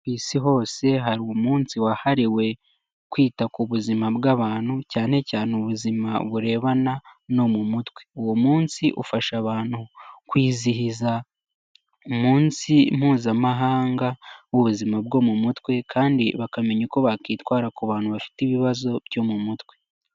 Ku isi hose hari umunsi wahariwe kwita ku buzima bw'abantu cyane cyane ubuzima burebana no mu mutwe, uwo munsi ufasha abantu kwizihiza umunsi mpuzamahanga w'ubuzima bwo mu mutwe, kandi bakamenya uko bakwitwara ku bantu bafite ibibazo byo mu mutwe.